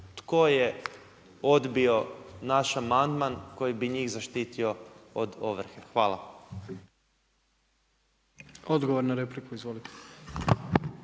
tko je odbio naš amandman koji bi njih zaštitio od ovrhe. Hvala. **Jandroković,